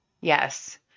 Yes